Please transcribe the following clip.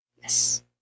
yes